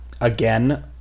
Again